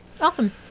Awesome